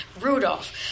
Rudolph